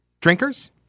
drinkers